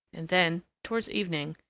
and then, towards evening,